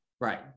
Right